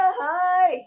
hi